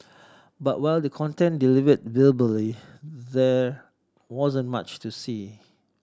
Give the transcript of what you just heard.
but while the content delivered verbally there wasn't much to see